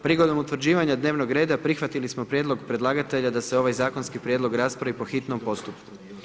Prigodom utvrđivanja dnevnog reda prihvatili smo prijedlog predlagatelja da se ovaj zakonski prijedlog raspravi po hitnom postupku.